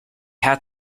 had